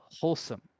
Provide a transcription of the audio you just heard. wholesome